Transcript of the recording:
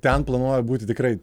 ten planuoju būti tikrai